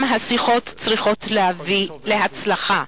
השיחות צריכות להביא להצלחה,